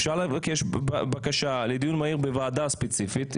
אפשר לבקש בקשה לדיון מהיר בוועדה ספציפית,